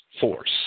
Force